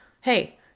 hey